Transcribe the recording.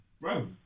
Bro